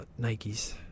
Nikes